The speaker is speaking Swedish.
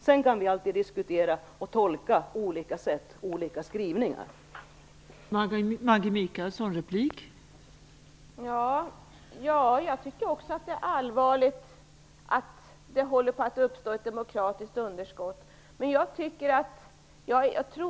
Sedan kan vi alltid diskutera och tolka olika skrivningar på olika sätt.